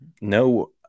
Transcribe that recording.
No